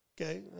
Okay